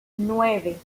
nueve